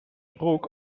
broek